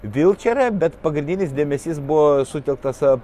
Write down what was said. vilčerą bet pagrindinis dėmesys buvo sutelktas a